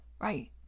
right